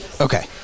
Okay